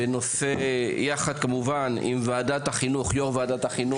יחד כמובן עם יושב-ראש ועדת החינוך,